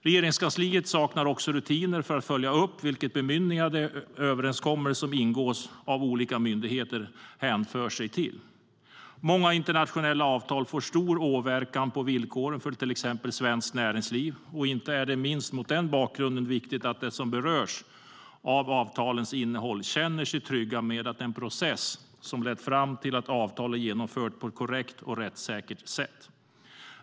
Regeringskansliet saknar också rutiner för att följa upp vilket bemyndigande de överenskommelser som ingås av olika myndigheter hänför sig till. Många internationella avtal får stor återverkan på villkoren för till exempel svenskt näringsliv. Inte minst mot den bakgrunden är det viktigt att de som berörs av avtalens innehåll känner sig trygga med att den process som har lett fram till avtal är genomförd på ett korrekt och rättssäkert sätt.